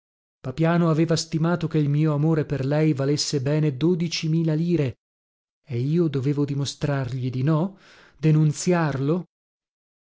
papiano aveva stimato che il mio amore per lei valesse bene dodicimila lire e io dovevo dimostrargli di no denunziarlo